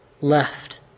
left